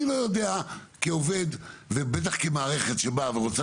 אני לא יודע כעובד ובטח כמערכת שבאה ורוצה